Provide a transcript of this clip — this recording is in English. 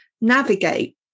navigate